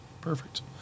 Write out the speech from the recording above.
perfect